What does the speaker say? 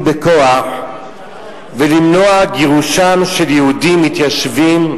בכוח ולמנוע גירושם של יהודים מתיישבים,